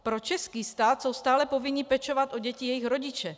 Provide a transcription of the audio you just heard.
Pro český stát jsou stále povinni pečovat o děti jejich rodiče.